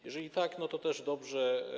Jeżeli tak, to też dobrze.